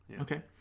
Okay